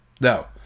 no